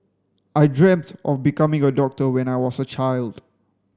I dreamt of becoming a doctor when I was a child